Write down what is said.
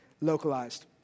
localized